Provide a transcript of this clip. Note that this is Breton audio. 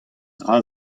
dra